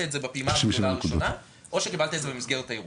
את זה בפעימה הראשונה או שקיבלת את זה אחרי הערעור.